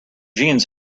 jeans